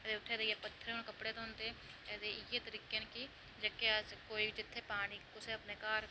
ते उत्थै जेइयै पत्थरें र कपड़े धोंदे अते इ'यै तरीके न कि जेह्के अस कोई जित्थै पानी अपने घर